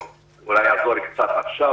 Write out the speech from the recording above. שמצטרף,